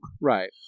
Right